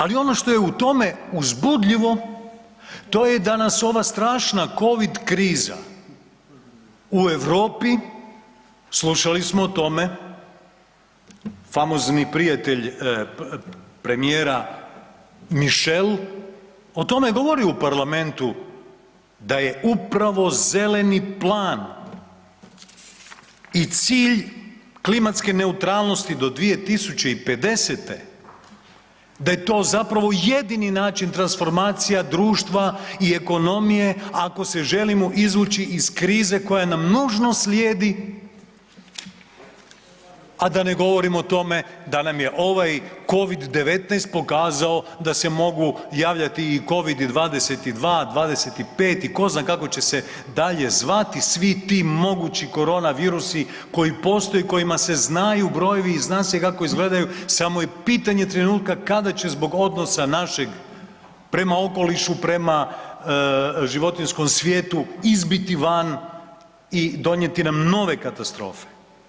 Ali ono što je u tom uzbudljivo to je da nas ova strašna covid kriza u Europi, slušali smo o tome, famozni prijatelj premijera Michael o tome govori u parlamentu da je upravo zeleni plan i cilj klimatske neutralnosti do 2050., da je to zapravo jedini način transformacija društva i ekonomije ako se želimo izvući iz krize koja nam nužno slijedi, a da ne govorimo o tome da nam je ovaj covid-19 pokazao da se mogu javljati i covidi-22, 25 i ko zna kako će se dalje zvati svi ti mogući korona virusi koji postoje, kojima se znaju brojevi i zna se kako izgledaju, samo je pitanje trenutka kada će zbog odnosa našeg prema okolišu, prema životinjskom svijetu izbiti van i donijeti nam nove katastrofe.